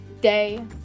day